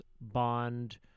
bond